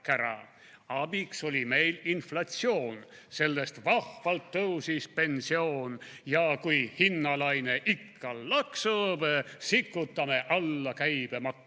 Abiks oli meil inflatsioon, / sellest vahvalt tõusis pensjoon / ja kui hinnalaine ikka laksub, / sikutame alla käibemaksu.